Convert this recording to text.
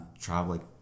traveling